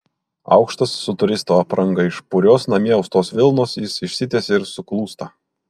aukštas su turisto apranga iš purios namie austos vilnos jis išsitiesia ir suklūsta